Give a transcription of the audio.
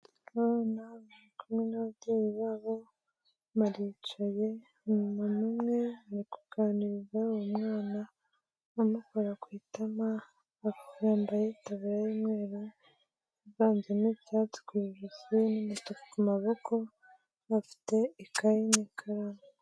Abana bari kumwe n'ababyeyi babo baricaye, umuma umwe ari kuganiriza uwo mwana amukora ku itama, yambaye itaburiya y'umweru ivanzemo ibyatsi ku ijosi n'umutuku ku maboko afite ikayi n'ikaramu.